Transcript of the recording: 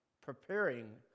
Preparing